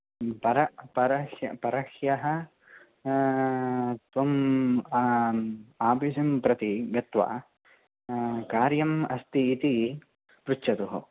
पर परह्य् परह्यः त्वम् आफीस् प्रति गत्वा कार्यम् अस्ति इति पृच्छतु